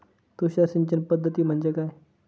तुषार सिंचन पद्धती म्हणजे काय?